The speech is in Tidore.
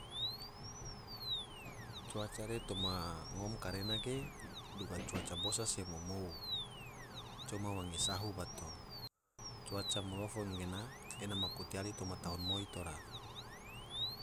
Cuaca re toma ngom karena ga duga cuaca bosa se mou mou, coma wange sahu bato, cuaca malofo gena ena maku tiali toma tahun moi tora.